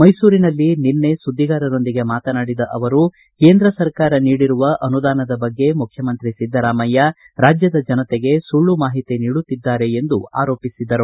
ಮೈಸೂರಿನಲ್ಲಿ ನಿನ್ನೆ ಸುದ್ದಿಗಾರರೊಂದಿಗೆ ಮಾತನಾಡಿದ ಅವರು ಕೇಂದ್ರ ಸರ್ಕಾರ ನೀಡಿರುವ ಅನುದಾನದ ಬಗ್ಗೆ ಮುಖ್ಯಮಂತ್ರಿ ಿದ್ದರಾಮಯ್ಯ ರಾಜ್ಯದ ಜನತೆಗೆ ಸುಳ್ಳು ಮಾಹಿತಿ ನೀಡುತ್ತಿದ್ದಾರೆ ಎಂದು ಆರೋಪಿಸಿದರು